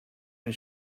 and